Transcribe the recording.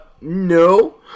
no